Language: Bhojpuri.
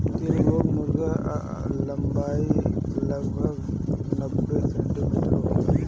चिट्टागोंग मुर्गा कअ लंबाई लगभग नब्बे सेंटीमीटर होला